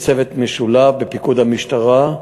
יש צוות משולב בפיקוד המשטרה,